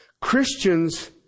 Christians